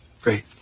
Great